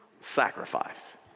sacrifice